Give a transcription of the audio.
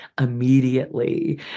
immediately